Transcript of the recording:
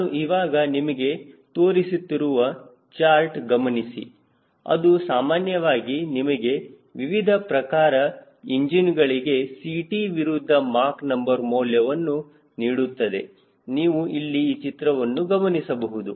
ನಾನು ಇವಾಗ ನಿಮಗೆ ತೋರಿಸುತ್ತಿರುವ ಚಾರ್ಟ್ ಗಮನಿಸಿ ಅದು ಸಾಮಾನ್ಯವಾಗಿ ನಿಮಗೆ ವಿವಿಧ ಪ್ರಕಾರ ಇಂಜಿನ್ಗಳಿಗೆ Ct ವಿರುದ್ಧ ಮಾಕ್ ನಂಬರ್ ಮೌಲ್ಯವನ್ನು ನೀಡುತ್ತದೆ ನೀವು ಇಲ್ಲಿ ಈ ಚಿತ್ರವನ್ನು ಗಮನಿಸಬಹುದು